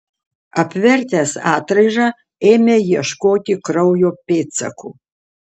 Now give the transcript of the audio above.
apvertęs atraižą ėmė ieškoti kraujo pėdsakų